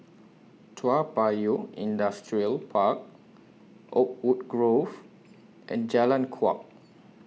Toa Payoh Industrial Park Oakwood Grove and Jalan Kuak